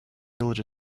village